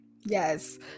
Yes